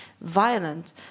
violent